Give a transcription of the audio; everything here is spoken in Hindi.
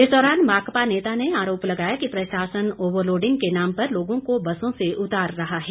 इस दौरान माकपा नेता ने आरोप लगाया कि प्रशासन ओवरलोडिंग के नाम पर लोगों को बसों से उतार रहा है